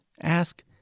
ask